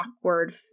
awkward